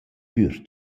pür